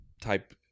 type